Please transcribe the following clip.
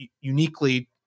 uniquely